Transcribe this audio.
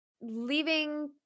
leaving